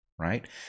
right